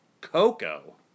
Coco